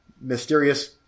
mysterious